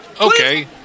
okay